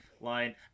line